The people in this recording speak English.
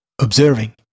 observing